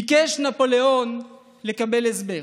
ביקש נפוליאון לקבל הסבר.